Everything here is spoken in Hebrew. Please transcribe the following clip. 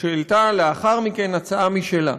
שהעלתה לאחר מכן הצעה משלה,